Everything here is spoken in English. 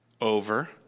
over